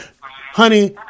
honey